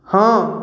ହଁ